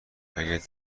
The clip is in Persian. اگر